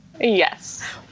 Yes